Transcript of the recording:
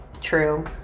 true